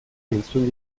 entzun